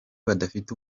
badafite